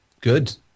Good